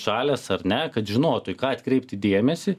žalias ar ne kad žinotų į ką atkreipti dėmesį